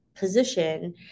position